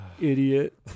idiot